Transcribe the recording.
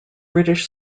british